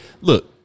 Look